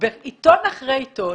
עיתון אחרי עיתון